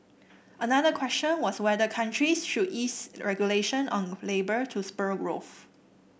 another question was whether countries should ease regulation on labour to spur growth